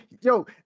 Yo